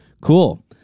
Cool